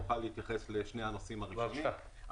אוכל להתייחס לשני הנושאים האחרונים.